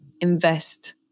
invest